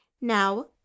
Now